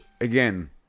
again